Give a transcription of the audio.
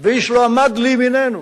ואיש לא עמד לימיננו